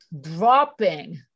dropping